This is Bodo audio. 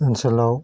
ओनसोलाव